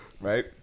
Right